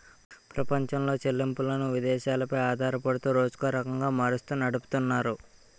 ప్రపంచంలో చెల్లింపులను విదేశాలు పై ఆధారపడుతూ రోజుకో రకంగా మారుస్తూ నడిపితున్నారు